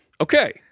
okay